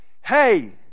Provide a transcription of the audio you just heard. hey